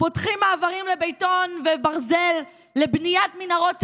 פותחים מעברים לבטון וברזל לבניית מנהרות טרור,